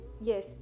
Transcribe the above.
Yes